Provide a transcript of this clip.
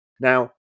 Now